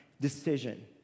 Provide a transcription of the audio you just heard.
decision